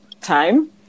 time